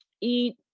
eat